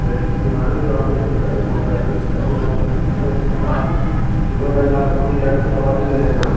gastric बीमारी जो आपको ऐसे दिक्कतें पहुँचाए नही दिक्कते न पहुँचाती तो सुगर भी फिर आप सुगर का इलाज़ तो हो ही जाएगा कुछ दवा दे दे रहे हैं हम